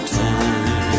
time